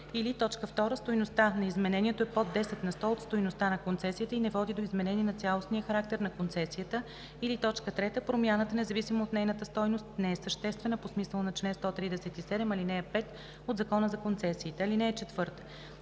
или 2. стойността на изменението е под 10 на сто от стойността на концесията и не води до изменение на цялостния характер на концесията, или 3. промяната, независимо от нейната стойност, не е съществена по смисъла на чл. 137, ал. 5 от Закона за концесиите. (4)